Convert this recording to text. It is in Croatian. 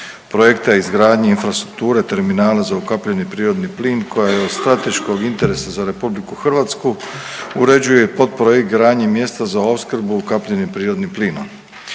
projekta izgradnje infrastrukture terminala za ukapljeni prirodni plin koja je od strateškog interesa za Republiku Hrvatsku uređuje i podprojekt gradnje mjesta za opskrbu ukapljenim prirodnim plinom.